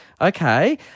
Okay